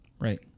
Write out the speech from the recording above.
Right